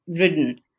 ridden